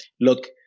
Look